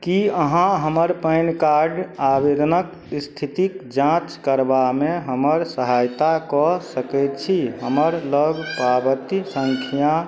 कि अहाँ हमर पैन कार्ड आवेदनके इस्थितिके जाँच करबामे हमर सहायता कऽ सकै छी हमर लग पावती सँख्या